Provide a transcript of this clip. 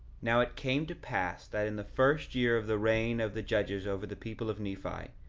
now it came to pass that in the first year of the reign of the judges over the people of nephi,